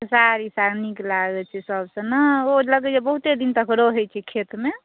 खेसारी साग नीक लागैए छै सभसँ ओ लगैऐ बहुते दिन तक रहए छै खतम